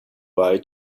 bye